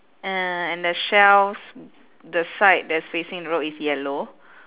uh and the shelves the side that's facing the road is yellow